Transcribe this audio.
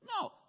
No